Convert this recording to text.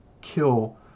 kill